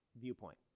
viewpoint